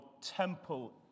temple